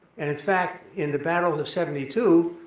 and it's fact in the battle of seventy two,